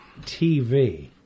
TV